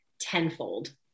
tenfold